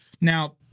Now